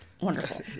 Wonderful